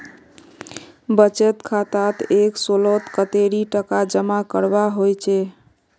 बचत खातात एक सालोत कतेरी टका जमा करवा होचए?